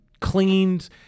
cleaned